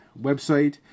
website